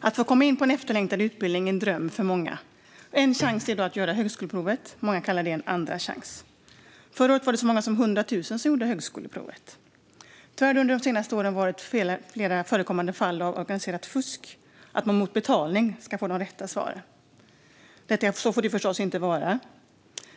Att få komma in på en efterlängtad utbildning är en dröm för många. En chans i dag är att göra högskoleprovet. Många kallar det en andra chans. Förra året var det så många som 100 000 som gjorde högskoleprovet. Tyvärr har det de senaste åren förekommit flera fall av organiserat fusk. Man har mot betalning fått de rätta svaren. Så får det förstås inte vara.